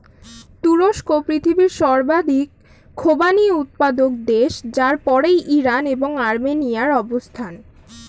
তুরস্ক পৃথিবীর সর্বাধিক খোবানি উৎপাদক দেশ যার পরেই ইরান এবং আর্মেনিয়ার অবস্থান